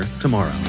tomorrow